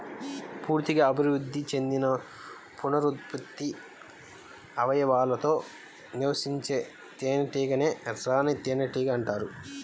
పూర్తిగా అభివృద్ధి చెందిన పునరుత్పత్తి అవయవాలతో నివసించే తేనెటీగనే రాణి తేనెటీగ అంటారు